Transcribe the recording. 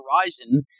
horizon